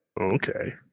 okay